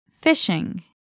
fishing